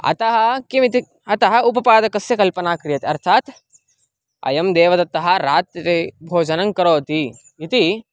अतः किमिति अतः उपपादकस्य कल्पना क्रियते अर्थात् अयं देवदत्तः रात्रि भोजनङ् करोति इति